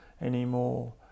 anymore